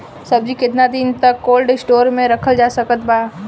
सब्जी केतना दिन तक कोल्ड स्टोर मे रखल जा सकत बा?